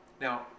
Now